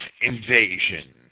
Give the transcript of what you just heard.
invasion